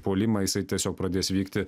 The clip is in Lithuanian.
puolimą jisai tiesiog pradės vykti